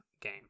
game